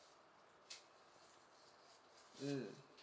mm